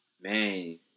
Man